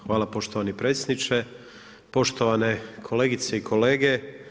Hvala poštovani predsjedniče, poštovane kolegice i kolege.